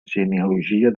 genealogia